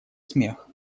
смех